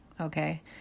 Okay